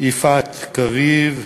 יפעת קריב,